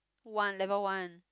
one level one